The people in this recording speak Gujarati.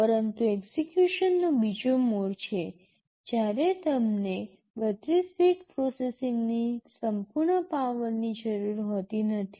પરંતુ એક્ઝેક્યુશનનો બીજો મોડ છે જ્યારે તમને ૩૨ બીટ પ્રોસેસિંગની સંપૂર્ણ પાવરની જરૂર હોતી નથી